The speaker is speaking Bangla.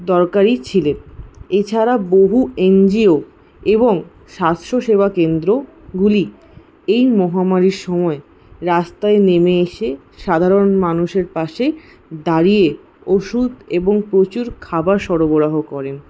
দরকারি ছিলেন এছাড়া বহু এনজিও এবং স্বাস্থ্যসেবাকেন্দ্রগুলি এই মহামারির সময় রাস্তায় নেমে এসে সাধারণ মানুষের পাশে দাঁড়িয়ে ওষুধ এবং প্রচুর খাবার সরবরাহ করেন